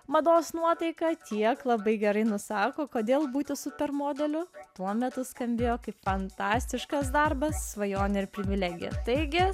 mados nuotaika tiek labai gerai nusako kodėl būti super modeliu tuo metu skambėjo kaip fantastiškas darbas svajonė ir privilegija teigia